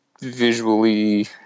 visually